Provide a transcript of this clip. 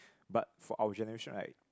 but for our generation right